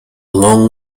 long